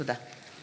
תודה.